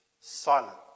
silent